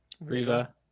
riva